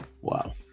Wow